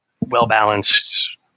well-balanced